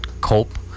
cope